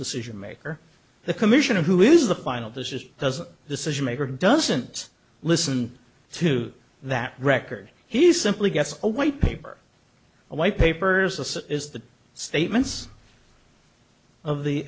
decision maker the commissioner who is the final this is does decision maker doesn't listen to that record he simply gets a white paper a white papers as is the statements of the